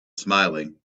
smiling